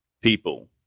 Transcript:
People